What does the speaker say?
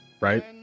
right